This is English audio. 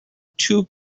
too